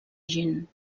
gent